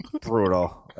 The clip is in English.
Brutal